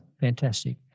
Fantastic